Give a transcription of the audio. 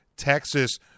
Texas